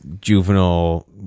juvenile